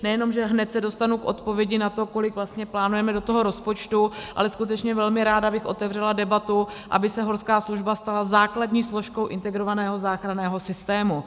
Nejenom že se hned dostanu k odpovědi na to, kolik vlastně plánujeme do toho rozpočtu, ale skutečně velmi ráda bych otevřela debatu, aby se horská služba stala základní složkou integrovaného záchranného systému.